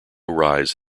rise